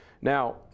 Now